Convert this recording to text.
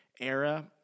era